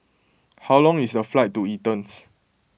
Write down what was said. how long is the flight to Athens